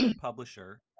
publisher